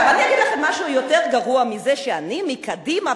אומר לכם משהו יותר גרוע מזה שאני מקדימה,